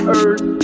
earth